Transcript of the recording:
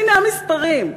הנה המספרים.